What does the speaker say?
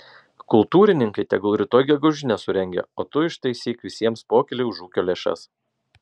kultūrininkai tegul rytoj gegužinę surengia o tu ištaisyk visiems pokylį už ūkio lėšas